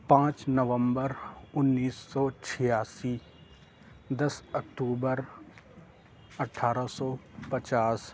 پانچ نومبر اُنیس سو چھیاسی دس اکتوبر اٹھارہ سو پچاس